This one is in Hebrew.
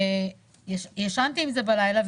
אני ישנתי עם זה בלילה,